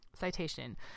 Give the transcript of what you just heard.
Citation